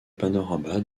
panorama